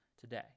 today